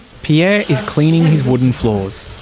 pierre is cleaning his wooden floors